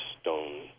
stone